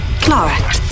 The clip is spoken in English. Clara